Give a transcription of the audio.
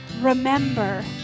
remember